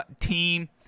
team